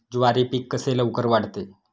ज्वारी पीक कसे लवकर वाढते?